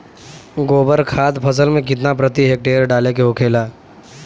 गोबर खाद फसल में कितना प्रति हेक्टेयर डाले के होखेला?